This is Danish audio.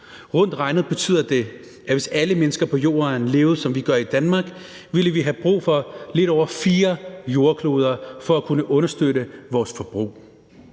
Rundt regnet betyder det, at hvis alle mennesker på jorden levede, som vi gør i Danmark, ville vi have brug for lidt over fire jordkloder for at kunne understøtte vores forbrug.